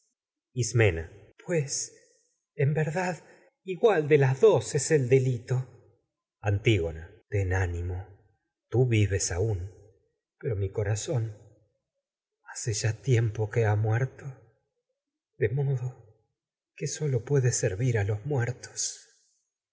ismena delito pues verdad igual de las dos es el antígona ten zón ánimo tú vives aún que pero mi cora hace ya tiempo a ha muerto de modo que sólo puede servir creonte se los muertos